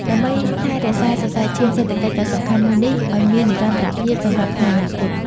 ដើម្បីថែរក្សាសរសៃឈាមសេដ្ឋកិច្ចដ៏សំខាន់មួយនេះឱ្យមាននិរន្តរភាពសម្រាប់ថ្ងៃអនាគត។